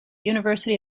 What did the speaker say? university